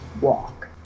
walk